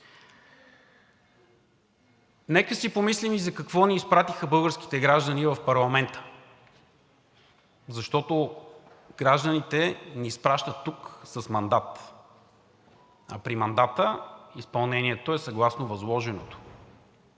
Нека си помислим и за какво ни изпратиха българските граждани в парламента, защото гражданите ни изпращат тук с мандат, а при мандата изпълнението е съгласно възложеното.